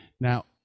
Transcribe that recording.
Now